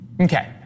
Okay